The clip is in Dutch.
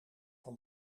van